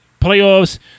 playoffs